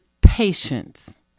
patience